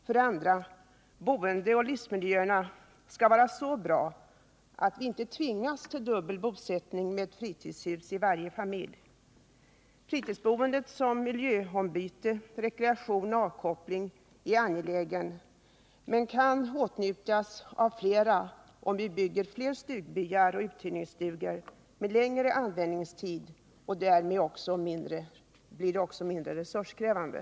För det andra skall boendet och livsmiljöerna vara så bra att vi inte tvingas till dubbel bosättning med fritidshus i varje familj. Fritidsboendet såsom miljöombyte, rekreation och avkoppling är angeläget. Det kan utnyttjas av flera, om vi bygger stugbyar och uthyrningsstugor med längre användningstid. Därmed blir fritidsboendet också mindre resurskrävande.